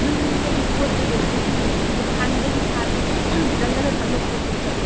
ꯑꯗꯨꯝ ꯍꯥꯏꯕꯗꯤ ꯄꯣꯠꯇꯨꯗꯤ ꯑꯗꯨꯝ ꯑꯩꯈꯣꯏꯅ ꯍꯥꯏꯕꯗꯤ ꯍꯥꯟꯅꯗꯒꯤ ꯁꯥꯔꯒ ꯆꯜꯂꯒ ꯊꯝꯕ ꯄꯣꯠ ꯑꯣꯏꯕ꯭ꯔꯥ